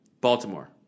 Baltimore